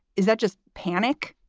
is that just panic?